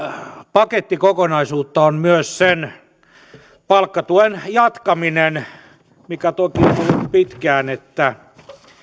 pakettikokonaisuutta on myös palkkatuen jatkaminen ja toki on ollut pitkään niin